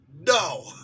No